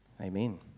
amen